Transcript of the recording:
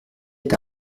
est